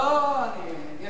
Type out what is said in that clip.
לא, לא, לא.